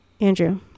Andrew